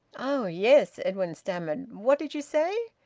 oh! yes, edwin stammered. what did you say?